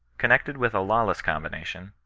connected with a lawless combination,